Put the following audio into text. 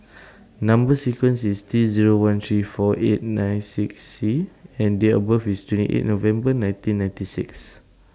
Number sequence IS T Zero one three four eight nine six C and Date of birth IS twenty eight November nineteen ninety six